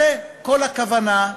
זו כל הכוונה.